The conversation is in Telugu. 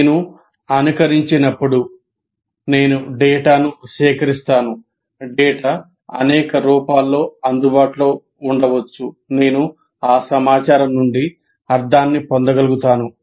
నేను అనుకరించినప్పుడు నేను డేటాను సేకరిస్తాను డేటా అనేక రూపాల్లో అందుబాటులో ఉండవచ్చు నేను ఆ సమాచారం నుండి అర్థాన్ని పొందగలుగుతాను